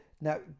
now